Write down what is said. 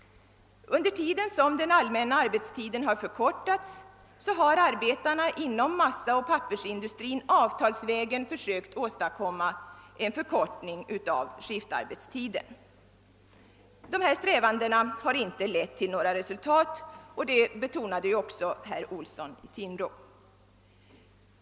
Medan den allmänna arbetstiden förkortats har arbetarna inom massaoch pappersindustrin avtalsvägen sökt åstadkomma en förkortning av skiftarbetstiden. Dessa strävanden har inte lett till några resultat, vilket också betonades av herr Olsson i Timrå.